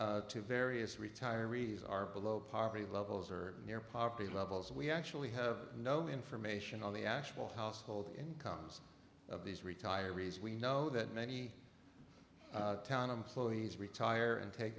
to various retirees are below poverty levels or near poverty levels we actually have no information on the actual household incomes of these retirees we know that many town employees retire and take